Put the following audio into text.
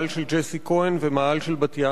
מאהל של ג'סי-כהן ומאהל של בת-ים.